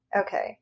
Okay